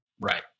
Right